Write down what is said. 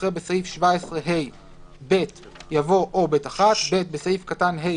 אחרי "בסעיף 17ה(ב)" יבוא "או (ב1)"; (ב)בסעיף קטן (ה),